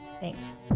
Thanks